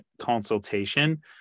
consultation